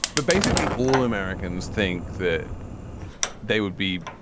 but basically all americans think that they would be